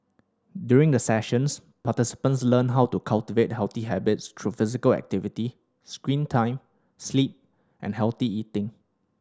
during the sessions participants learn how to cultivate healthy habits through physical activity screen time sleep and healthy eating